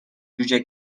جوجه